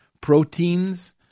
proteins